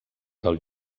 del